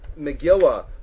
Megillah